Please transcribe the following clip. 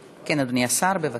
כן, אדוני השר, בבקשה.